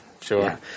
Sure